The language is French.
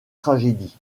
tragédie